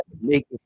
make